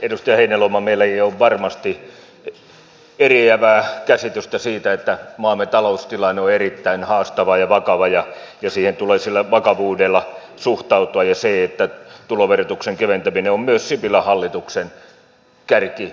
edustaja heinäluoma meillä ei ole varmasti eriävää käsitystä siitä että maamme taloustilanne on erittäin haastava ja vakava ja siihen tulee sillä vakavuudella suhtautua ja tuloverotuksen keventäminen on myös sipilän hallituksen kärkiverotuksessa